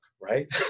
right